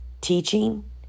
teaching